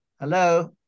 Hello